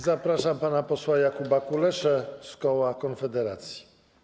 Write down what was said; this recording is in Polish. Zapraszam pana posła Jakuba Kuleszę z koła Konfederacji.